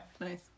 Nice